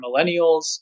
millennials